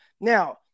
Now